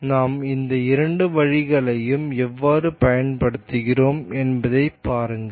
எனவே நாம் இந்த இரண்டு வரிகளையும் எவ்வாறு பயன்படுத்துகிறோம் என்பதைப் பாருங்கள்